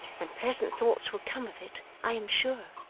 and pleasant thoughts will come of it, i am sure